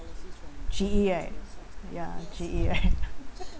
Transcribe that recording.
G_E right ya G_E right